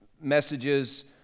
messages